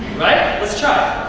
right? let's try.